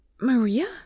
maria